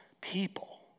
people